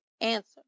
answer